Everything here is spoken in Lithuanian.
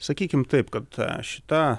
sakykim taip kad šita